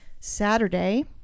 Saturday